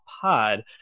pod